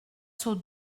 seaux